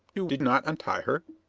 you did not untie her?